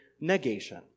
negation